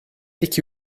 iki